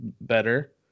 better